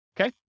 Okay